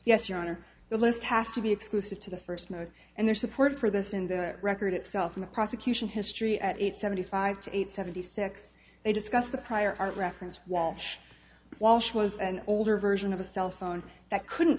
yes your honor the list has to be exclusive to the first note and their support for this in the record itself in the prosecution history at age seventy five to eight seventy six they discuss the prior art reference walsh walsh was an older version of a cell phone that couldn't